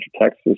Texas